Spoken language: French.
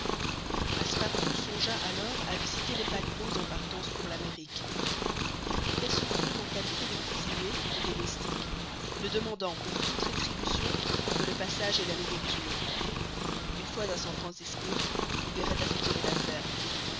passepartout songea alors à visiter les paquebots en partance pour l'amérique il comptait s'offrir en qualité de cuisinier ou de domestique ne demandant pour toute rétribution que le passage et la nourriture une fois à san francisco il verrait à se tirer d'affaire